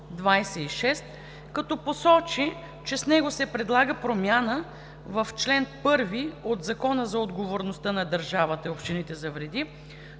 като посочи, че с него се предлага промяна в чл. 1 от Закона за отговорността на държавата и общините за вреди,